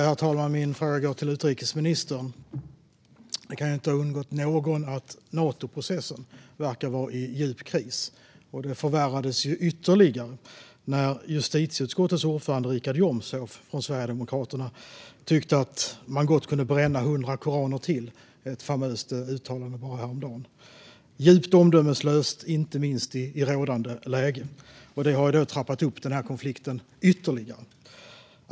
Herr talman! Min fråga går till utrikesministern. Det kan inte ha undgått någon att Natoprocessen verkar vara i djup kris. Detta förvärrades ytterligare när justitieutskottets ordförande Richard Jomshof från Sverigedemokraterna tyckte att man gott kunde bränna hundra koraner till - ett famöst uttalande bara häromdagen, djupt omdömeslöst inte minst i rådande läge. Det har trappat upp denna konflikt ytterligare.